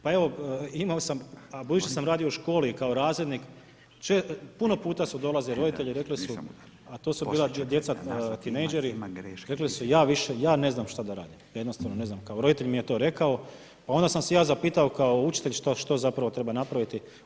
Pa evo budući sam radio u školi kao razrednik, puno puta su dolazili roditelji i rekli su a to su bil djeca tinejdžeri, rekli su ja ne znam šta da radim, jednostavno ne znam, kao roditelj mi je to rekao, pa onda sam se ja zapitao kao učitelj što zapravo treba napraviti.